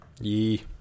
Yee